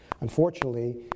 Unfortunately